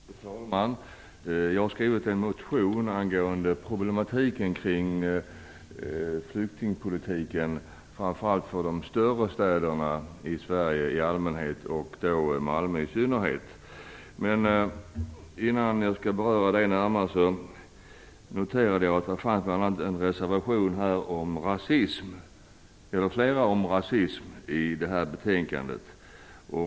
Fru talman! Jag har skrivit en motion angående problematiken kring flyktingpolitiken, framför allt för de större städerna i Sverige i allmänhet och Malmö i synnerhet. Men innan jag skall beröra det närmare vill jag säga att jag noterade att det finns flera reservationer om rasism i det här betänkandet.